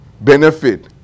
benefit